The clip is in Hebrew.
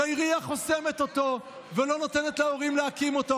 כי העירייה חוסמת אותו ולא נותנת להורים להקים אותו.